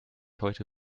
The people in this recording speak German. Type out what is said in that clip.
heute